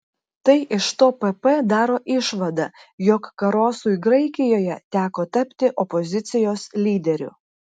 tai iš to pp daro išvadą jog karosui graikijoje teko tapti opozicijos lyderiu